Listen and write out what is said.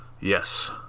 Yes